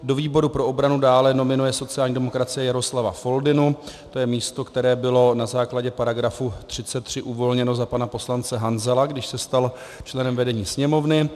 Do výboru pro obranu dále nominuje sociální demokracie Jaroslava Foldynu, to je místo, které bylo na základě § 33 uvolněno za pana poslance Hanzela, když se stal členem vedení Sněmovny.